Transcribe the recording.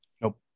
Nope